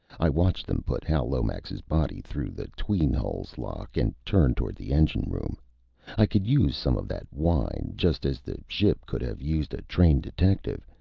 i watched them put hal lomax's body through the tween-hulls lock, and turned toward the engine room i could use some of that wine, just as the ship could have used a trained detective.